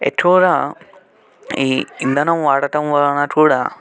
ఎక్కువగా ఈ ఇంధనం వాడటం వలన కూడా